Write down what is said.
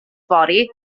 fory